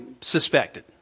suspected